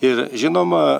ir žinoma